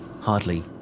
Hardly